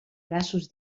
braços